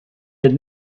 had